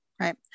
Right